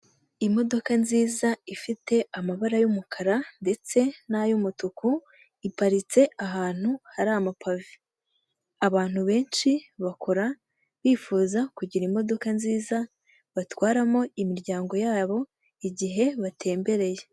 Imodoka nziza ifite amabara y'umukara ndetse n'ay'umutuku, iparitse ahantu hari amapave. Abantu benshi bakora bifuza kugira imodoka nziza batwaramo imiryango yabo igihe batembereye.